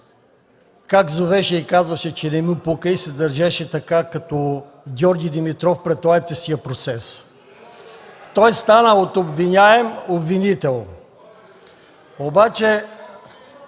как зовеше и казваше, че не му пука и се държеше като Георги Димитров пред Лайпцигския процес, той стана от обвиняем – обвинител. РЕПЛИКИ